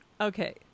Okay